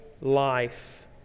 life